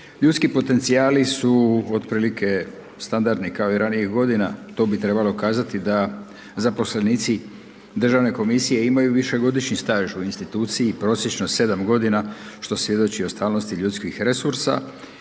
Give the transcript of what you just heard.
Ljudski potencijali su otprilike standardni kao i ranijih godina, to bi trebalo kazati da zaposlenici Državne komisije imaju višegodišnji staž u instituciji, prosječno 7 godina, što svjedoči o stalnosti ljudskih resursa